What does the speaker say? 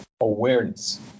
awareness